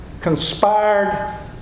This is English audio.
conspired